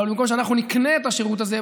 אבל במקום שאנחנו נקנה את השירות הזה,